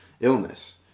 illness